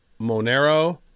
Monero